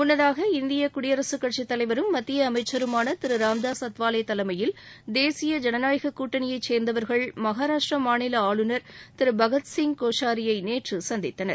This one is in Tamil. இதனிடையே இந்திய குடியரசுக்கட்சித் தலைவரும் மத்திய அமைச்சருமான திரு ராம்தாஸ் அத்வாலே தலைமையில் தேசிய ஜனநாயக கூட்டணியை சேர்ந்தவர்கள் மகாராஷ்டிரா மாநில ஆளுநர் பகத்சிங் கோஷாரியை நேற்று சந்தித்தனர்